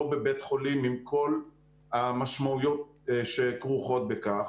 לא בבית חולים עם כל המשמעויות שכרוכות בכך,